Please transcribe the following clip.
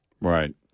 Right